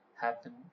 happen